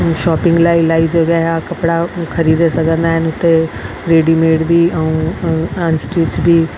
shopping लाइ इलाही जॻह आहे कपिड़ा ख़रीदे सघंदा आहिनि उते रेडीमेड में बि ऐं अनस्टीच्ड बि